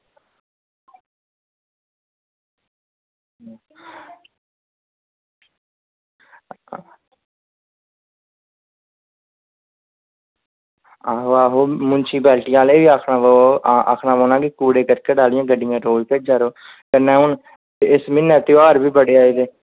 आं आं म्युनसीप्लटी आह्लें गी आक्खना पौना कि कूड़े करकट आह्लियां गड्डियां रोज़ भेजा करो ते में इस म्हीनें ध्यार बी बड़ो आए दे